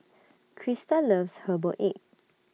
Christa loves Herbal Egg